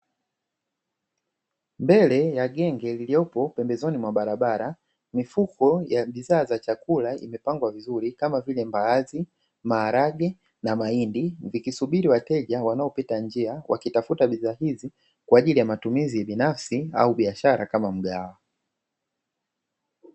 Mbele ya genge lililopo pembezoni mwa barabara, mifuko ya bidhaa za chakula imepangwa vizuri kama vile mbaazi, maharage na mahindi, vikisubiri wateja wanaopita njia, wakitafuta bidhaa hizi kwa ajili ya matumizi binafsi au biashara kama mgahawa.